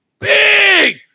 big